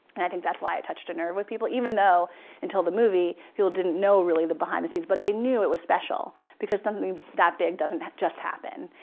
and i think that's why it touched a nerve with people. even though until the movie, people didn't know really the behind the scenes. but they knew it was special because something that big doesn't just happen.